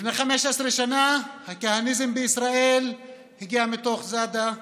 לפני 15 שנה הכהניזם בישראל הגיע מתוך זאדה וחבריו.